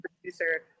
producer